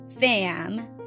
Fam